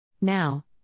Now